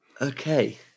Okay